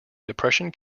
depression